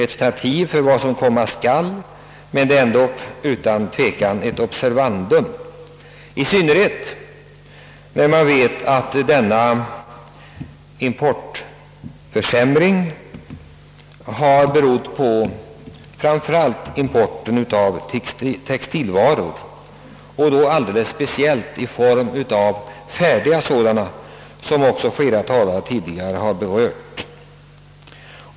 Det är klart att siffrorna för endast en månad under detta år inte är representativa för utvecklingen under resten av året, men de utgör ändå utan tvivel ett observandum, i synnerhet som man vet att denna exportförsämring framför allt berott på importen av textilvaror, och då alldeles speciellt i form av färdiga sådana, vilket också flera talare tidigare har berört.